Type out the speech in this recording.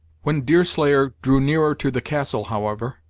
when deerslayer drew nearer to the castle, however,